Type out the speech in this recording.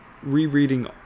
Rereading